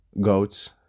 goats